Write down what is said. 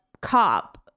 cop